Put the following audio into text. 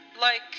Like